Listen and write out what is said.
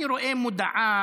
אני רואה מודעה